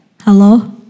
Hello